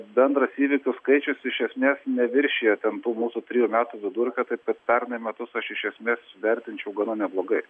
bendras įvykių skaičius iš esmės neviršija ten tų mūsų tiejų metų vidurkio taip kad pernai metus aš iš esmės vertinčiau gana neblogai